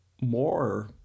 more